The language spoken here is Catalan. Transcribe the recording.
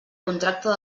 contracte